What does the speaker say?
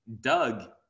Doug